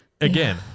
again